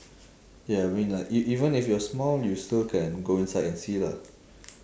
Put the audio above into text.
ya I mean like e~ even if you are small you still can go inside and see lah